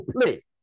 play